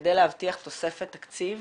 כדי להבטיח תוספת תקציב